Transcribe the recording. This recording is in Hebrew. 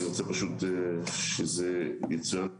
אני רוצה שזה יצוין.